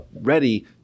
ready